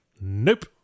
Nope